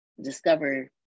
discover